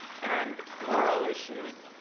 and moral issues,